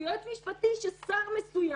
הוא יועץ משפטי של שר מסוים,